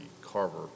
Carver